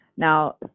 Now